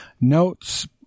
notes